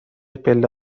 پله